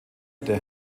der